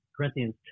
Corinthians